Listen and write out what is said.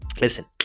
listen